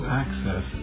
access